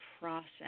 process